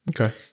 okay